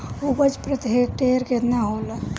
उपज प्रति हेक्टेयर केतना होला?